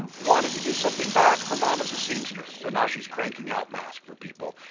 um wanted to do something back, her mom is a seamstress so now she's cranking out masks for people.